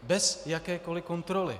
Bez jakékoli kontroly.